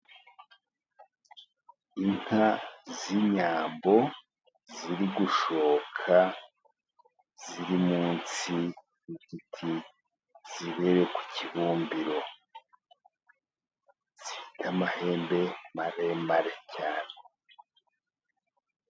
Inka z'inyambo ziri gusohoka ziri munsi yigiti, ziri ku kibumbiro, zifite amahembe maremare cyane.